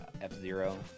F-Zero